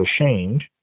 ashamed